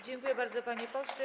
Dziękuję bardzo, panie pośle.